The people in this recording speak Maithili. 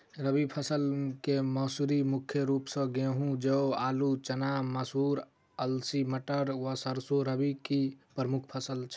रबी फसल केँ मसूरी मुख्य रूप सँ गेंहूँ, जौ, आलु,, चना, मसूर, अलसी, मटर व सैरसो रबी की प्रमुख फसल छै